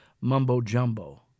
mumbo-jumbo